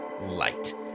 light